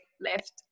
left